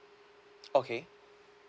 okay